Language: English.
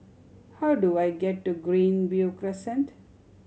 how do I get to Greenview Crescent